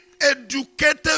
educated